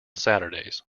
saturdays